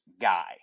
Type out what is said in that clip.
guy